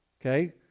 Okay